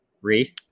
re